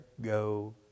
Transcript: go